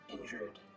injured